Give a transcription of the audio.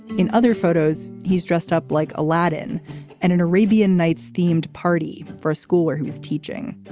in other photos he's dressed up like aladdin and an arabian nights themed party for a school where he is teaching.